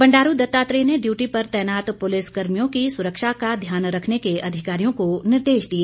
बंडारू दत्तात्रेय ने ड्यूटी पर तैनात पुलिस कर्मियों की सुरक्षा का ध्यान रखने के अधिकारियों को निर्देश दिए